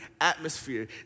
atmosphere